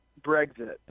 Brexit